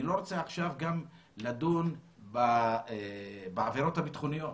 אני לא רוצה לדון עכשיו בעבירות הביטחוניות